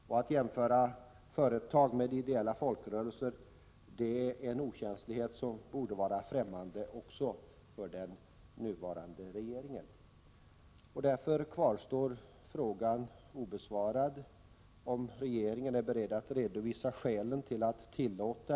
Då regeringen har godkänt denna televerkets åtgärd skulle det vara av värde att få regeringens syn och bakomliggande diskussion bakom ett sådant beslut redovisad. 1.